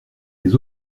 les